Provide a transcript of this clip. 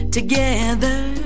Together